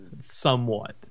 somewhat